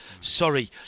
Sorry